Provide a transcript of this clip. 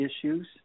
issues